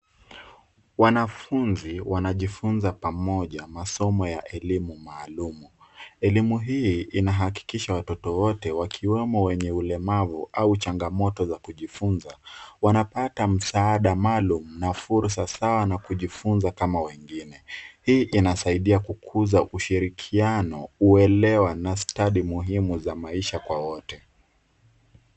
Wanafunzi wanajifunza pamoja masomo ya elimu maalum. Elimu hii inahakikisha watoto wote wakiwemo wenye ulemavu au changamoto za kujifunza wanapata msaada maalum na fursa sawa na kujifunza kama wengine. Hii inasaidia kukuza ushirikiano, uelewa na stadi muhimu za maisha kwa wote.